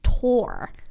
tour